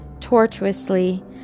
tortuously